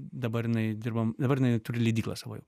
dabar jinai dirbam dabar jinai turi leidyklą savo jau